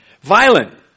Violent